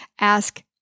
ask